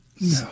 No